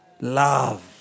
love